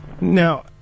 Now